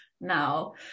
now